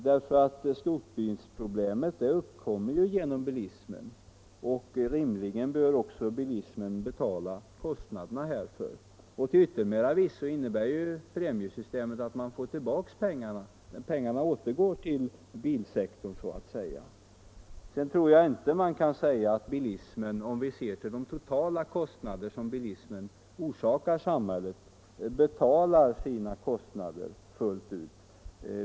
Skrotbilsproblemet uppkommer ju genom bilismen, och rimligen bör också bilismen betala kostnaderna härför. Till yttermera visso innebär premiesystemet att man får tillbaka pengarna — pengarna återgår så att säga till bilsektorn. Jag tror inte man kan säga att bilismen — om vi ser till de totala kostnader den orsakar samhället — betalar sina kostnader fullt ut.